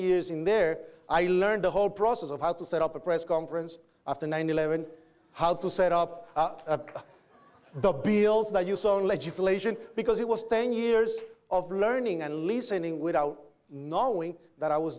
years in there i learned the whole process of how to set up a press conference after nine eleven how to set up the bills that you saw on legislation because it was ten years of learning and listening without knowing that i was